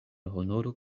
honoro